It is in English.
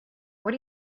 what